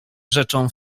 rzeczą